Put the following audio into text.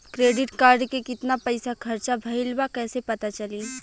Credit card के कितना पइसा खर्चा भईल बा कैसे पता चली?